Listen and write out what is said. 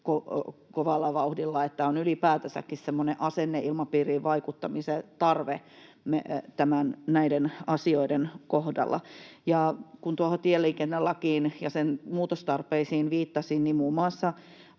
kovalla vauhdilla — niin että on ylipäätänsäkin semmoinen asenneilmapiiriin vaikuttamisen tarve näiden asioiden kohdalla. Kun tuohon tieliikennelakiin ja sen muutostarpeisiin viittasin, niin muun muassa